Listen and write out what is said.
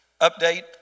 update